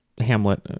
Hamlet